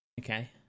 Okay